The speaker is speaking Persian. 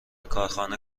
کارخانه